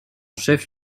chef